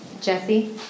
Jesse